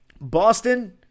Boston